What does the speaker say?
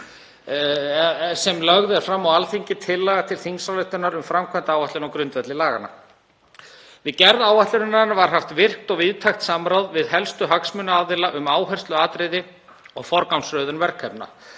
sem lögð er fram á Alþingi tillaga til þingsályktunar um framkvæmdaáætlun á grundvelli laganna. Við gerð áætlunarinnar var haft virkt og víðtækt samráð við helstu hagsmunaaðila um áhersluatriði og forgangsröðun verkefna.